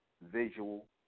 visual